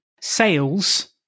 sales